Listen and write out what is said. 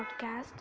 podcast